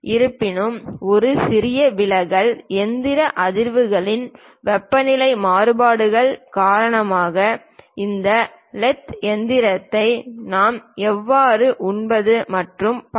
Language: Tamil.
இருப்பினும் ஒரு சிறிய விலகல் இயந்திர அதிர்வுகளின் வெப்பநிலை மாறுபாடுகள் காரணமாக இந்த லேத் இயந்திரத்தை நாம் எவ்வாறு உண்பது மற்றும் பல